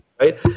right